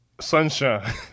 Sunshine